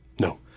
No